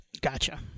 gotcha